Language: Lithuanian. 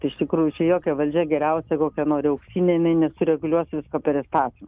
iš tikrųjų čia jokia valdžia geriausia kokią nori auksinė jinai nesureguliuos visko per įstatymą